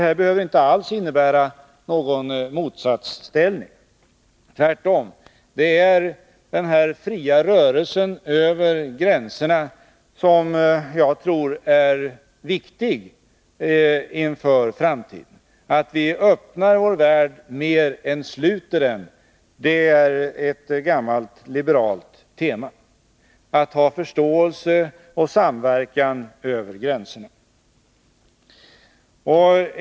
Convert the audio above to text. Det behöver inte alls innebära någon motsättning. Tvärtom: Denna fria rörelse över gränserna är, tror jag, viktig inför framtiden. Att vi skall öppna vår värld snarare än sluta den och åstadkomma förståelse och samverkan över gränserna är ett gammalt liberalt tema.